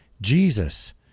Jesus